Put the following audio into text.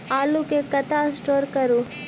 आलु केँ कतह स्टोर करू?